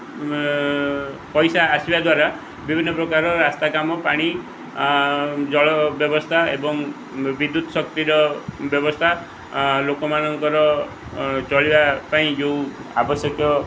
ପଇସା ଆସିବା ଦ୍ୱାରା ବିଭିନ୍ନପ୍ରକାର ରାସ୍ତା କାମ ପାଣି ଜଳ ବ୍ୟବସ୍ଥା ଏବଂ ବିଦ୍ୟୁତ୍ ଶକ୍ତିର ବ୍ୟବସ୍ଥା ଲୋକମାନଙ୍କର ଚଳିବା ପାଇଁ ଯେଉଁ ଆବଶ୍ୟକୀୟ